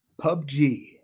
PUBG